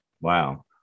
Wow